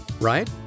right